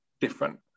different